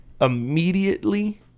immediately